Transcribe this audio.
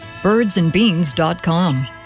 Birdsandbeans.com